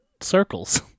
circles